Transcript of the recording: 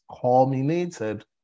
culminated